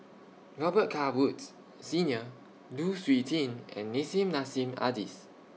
Robet Carr Woods Senior Lu Suitin and Nissim Nassim Adis